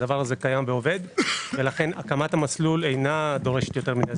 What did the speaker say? זה קיים ועובד ולכן הקמת המסלול לא דורשת זמן רב.